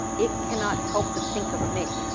it cannot help but think of me.